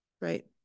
right